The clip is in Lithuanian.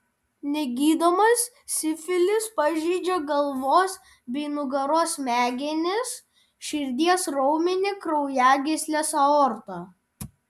negydomas sifilis pažeidžia galvos bei nugaros smegenis širdies raumenį kraujagysles aortą